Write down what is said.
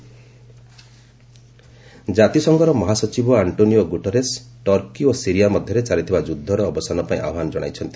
UN Turkey ଜାତିସଂଘର ମହାସଚିବ Antonio Guterres Turkey ଓ ସିରିଆ ମଧ୍ୟରେ ଚାଲିଥିବା ଯୁଦ୍ଧର ଅବସାନ ପାଇଁ ଆହ୍ୱାନ ଜଣାଇଛନ୍ତି